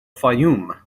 fayoum